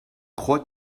crois